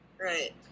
right